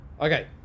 Okay